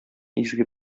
изге